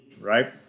right